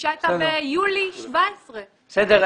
הפגישה הייתה ביולי 2017. בסדר.